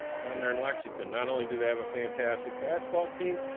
down there in lexington. not only do they have a fantastic basketball team,